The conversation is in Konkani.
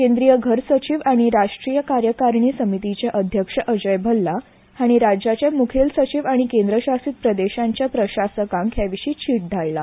केंद्रीय घर सचीव आनी राष्ट्रीय कार्यकारिणी समितीचे अध्यक्ष अजय भल्ला हांणी राज्याचे मुखेल सचीव आनी केंद्र शासीत प्रदेशाच्या प्रशासकांक हे विशीं चीट धाडल्या